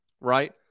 Right